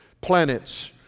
planets